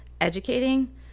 educating